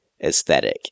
aesthetic